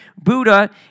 Buddha